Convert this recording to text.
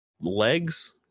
legs